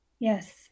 Yes